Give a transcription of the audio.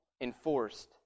enforced